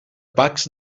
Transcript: pacs